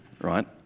right